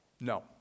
no